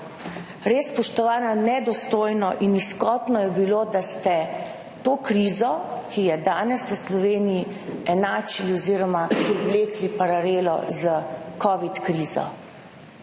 Res, spoštovana, nedostojno in nizkotno je bilo, da ste to krizo, ki je danes v Sloveniji enačili oziroma vlekli paralelo s covid krizo.